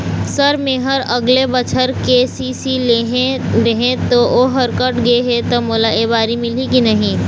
Sir मेहर अगले बछर के.सी.सी लेहे रहें ता ओहर कट गे हे ता मोला एबारी मिलही की नहीं?